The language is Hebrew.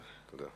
אדוני.